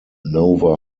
nova